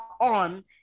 on